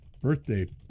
birthday